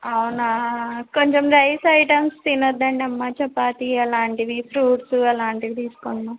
అవునా కొంచెం rice items తినొద్దండి అమ్మ చపాతి అలాంటివి ఫ్రూట్స్ అలాంటివి తీసుకోండి